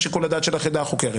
את שיקול הדעת של היחידה החוקרת".